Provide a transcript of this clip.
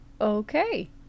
Okay